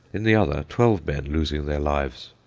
in the other twelve men losing their lives.